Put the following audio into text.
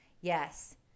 Yes